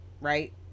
right